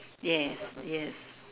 yes yes